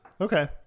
Okay